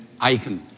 icon